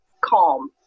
calm